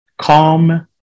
Calm